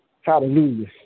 Hallelujah